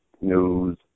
news